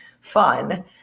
fun